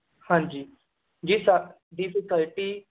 ਹਾਂਜੀ ਜੀ ਸਾਡੀ ਸੋਸਾਇਟੀ